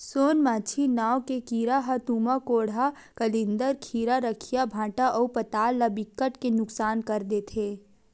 सोन मांछी नांव के कीरा ह तुमा, कोहड़ा, कलिंदर, खीरा, रखिया, भांटा अउ पताल ल बिकट के नुकसान कर देथे